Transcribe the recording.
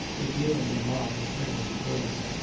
revealing a mob of men at the door.